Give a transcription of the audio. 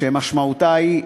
הגנת הצרכן (תיקון,